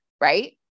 right